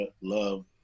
love